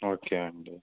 okay అండి